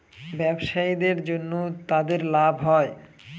ব্যবসায়ীদের জন্য তাদের লাভ হয়